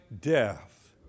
death